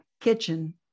kitchen